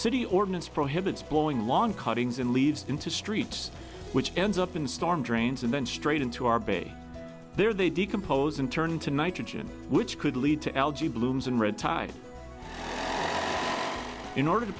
city ordinance prohibits blowing long cuttings and leaves into streets which ends up in storm drains and then straight into our bay there they decompose and turn into nitrogen which could lead to algae blooms and red tide in order to